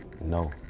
No